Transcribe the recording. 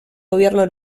gobierno